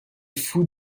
flou